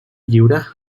lliure